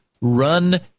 run